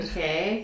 Okay